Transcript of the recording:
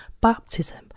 baptism